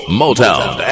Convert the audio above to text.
motown